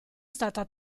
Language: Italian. stata